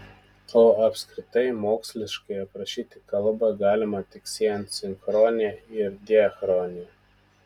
o apskritai moksliškai aprašyti kalbą galima tik siejant sinchronija ir diachroniją